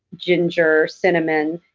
ginger, cinnamon,